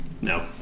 No